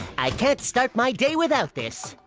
i can't start my day without this!